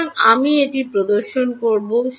সুতরাং আমি এটি প্রদর্শন করব